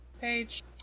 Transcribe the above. page